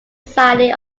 society